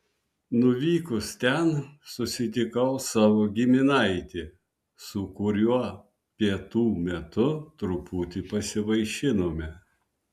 nuvykus ten susitikau savo giminaitį su kuriuo pietų metu truputį pasivaišinome